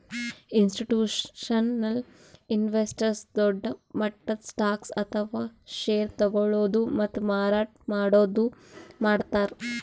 institutional investors ದೊಡ್ಡ್ ಮಟ್ಟದ್ stocks ಅಥವಾ ಷೇರ್ ತಗೋಳದು ಮತ್ತ್ ಮಾರಾಟ್ ಮಾಡದು ಮಾಡ್ತಾರ್